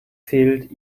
fehlt